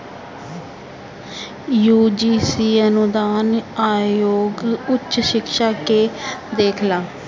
UGC अनुदान आयोग उच्च शिक्षा के देखेला